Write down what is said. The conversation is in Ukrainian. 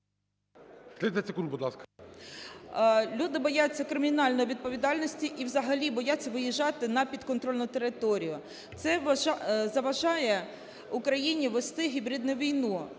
Люди бояться кримінальної відповідальності і взагалі бояться виїжджати на підконтрольну територію. Це заважає Україні вести гібридну війну.